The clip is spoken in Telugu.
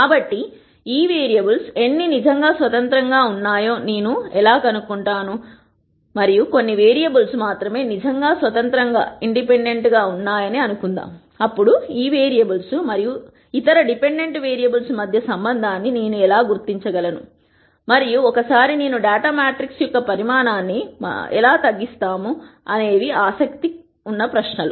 కాబట్టి ఈ వేరియబుల్స్ ఎన్ని నిజంగా స్వతంత్రంగా ఉన్నాయో నేను ఎలా కనుగొంటాను మరియు కొన్ని వేరియబుల్స్ మాత్రమే నిజంగా స్వతంత్రంగా ఉన్నాయని అనుకుందాం అప్పుడు ఈ వేరియబుల్స్ మరియు ఇతర డిపెండెంట్ వేరియబుల్స్ మధ్య సంబంధాన్ని నేను ఎలా గుర్తించగలను మరియు ఒకసారి నేను డేటా మ్యాట్రిక్స్ యొక్క పరిమాణాన్ని మనం ఎలా తగ్గిస్తాము అనేవి ఆసక్తి ఉన్న ప్రశ్నలు